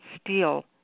Steel